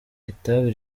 itabi